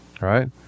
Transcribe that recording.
right